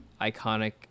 iconic